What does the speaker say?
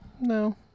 No